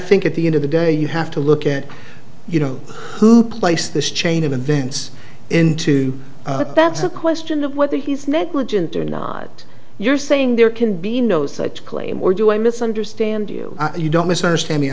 think at the end of the day you have to look at you know who place this chain of events into that's a question of whether he's negligent or not you're saying there can be no such claim or do i misunderstand you you don't misunderstand me